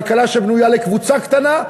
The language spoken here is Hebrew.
כלכלה שבנויה לקבוצה קטנה,